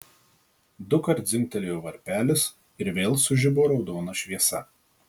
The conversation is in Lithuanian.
dukart dzingtelėjo varpelis ir vėl sužibo raudona šviesa